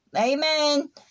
Amen